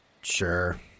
Sure